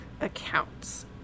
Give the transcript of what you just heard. accounts